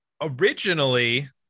originally